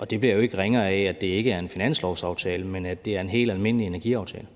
Og det bliver jo ikke ringere af, at det ikke er en finanslovsaftale, men at det er en helt almindelig energiaftale.